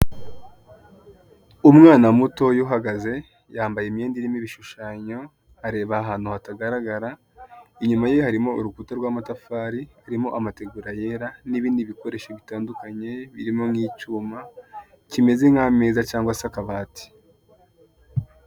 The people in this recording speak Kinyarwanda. Umwana mutoya uhagaze yambaye imyenda irimo ibishushanyo areba ahantu hatagaragara inyuma ye harimo urukuta rwamatafari harimo amategura yera nibindi bikoresho bitandukanye birimo nkicyuma kimeze nkameza cyangwa se akabati.